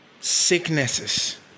sicknesses